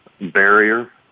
barrier